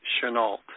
Chenault